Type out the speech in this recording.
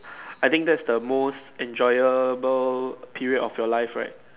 I think that's the most enjoyable period of your life right